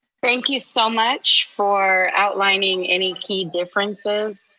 thank you so much for outlining any key differences,